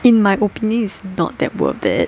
in my opinion is not that worth it